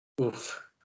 Oof